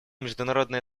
международное